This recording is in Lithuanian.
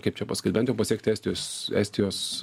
kaip čia pasakyt bent jau pasekti estijos estijos